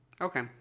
Okay